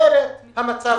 אחרת, המצב לא ישתפר.